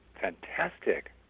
fantastic